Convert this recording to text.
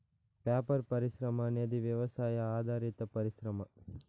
paper పరిశ్రమ అనేది వ్యవసాయ ఆధారిత పరిశ్రమ